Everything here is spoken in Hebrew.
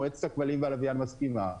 מועצת הכבלים והלוויין מסכימה.